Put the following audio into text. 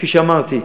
כפי שאמרתי,